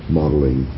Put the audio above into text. modeling